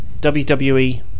WWE